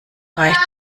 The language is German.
reicht